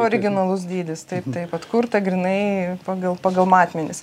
originalus dydis taip taip atkurta grynai pagal pagal matmenis